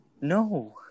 No